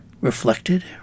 Reflected